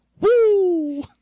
woo